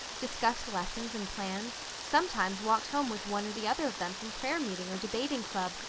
discussed lessons and plans, sometimes walked home with one or the other of them from prayer meeting or debating club.